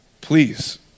Please